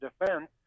Defense